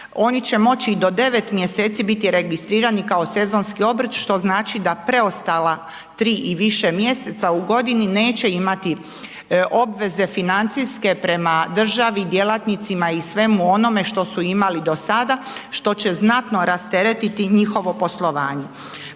oni će moći do 9 mjeseci biti registrirani kao sezonski obrt što znači da preostala 3 i više mjeseca u godini neće imati financijske obveze prema državi, djelatnicima i svemu onome što su imali do sada što će znatno rasteretiti njihovo poslovanje.